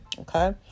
Okay